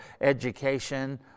education